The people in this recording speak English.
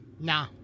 Nah